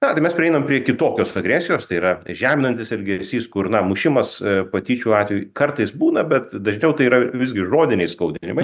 na tai mes prieinam prie kitokios agresijos tai yra žeminantis elgesys kur na mušimas patyčių atvejų kartais būna bet dažniau tai yra visgi žodiniai skaudinimai